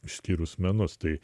išskyrus menus tai